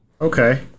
Okay